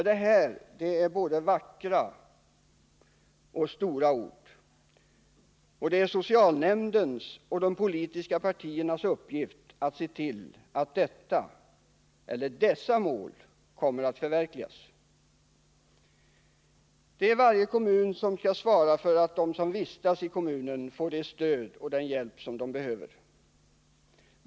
Det är både vackra och stora ord, och det är socialnämndens och de politiska partiernas uppgift att se till att dessa mål kommer att förverkligas. Det är varje kommun som skall svara för att de som vistas i kommunen får det stöd och den hjälp som de behöver.